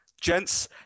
gents